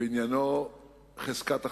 ועניינו חזקת החפות.